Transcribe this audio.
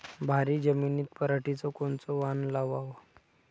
भारी जमिनीत पराटीचं कोनचं वान लावाव?